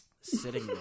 sitting